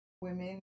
women